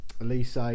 Elise